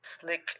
slick